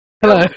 Hello